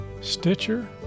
stitcher